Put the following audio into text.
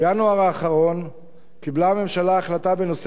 בינואר האחרון קיבלה הממשלה החלטה בנושא